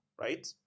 right